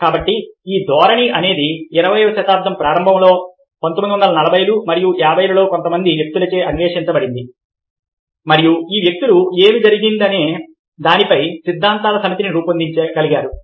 కాబట్టి ఈ ధోరణి అనేది 20వ శతాబ్దం ప్రారంభంలో 1940లు మరియు 50లలో కొంతమంది వ్యక్తులచే అన్వేషించబడింది మరియు ఈ వ్యక్తులు ఏమి జరిగిందనే దానిపై సిద్ధాంతాల సమితిని రూపొందించగలిగారు